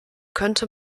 könnte